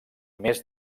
més